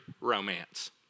romance